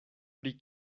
pri